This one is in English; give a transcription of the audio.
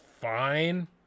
fine